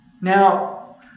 Now